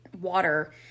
water